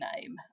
name